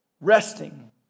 Resting